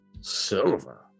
Silver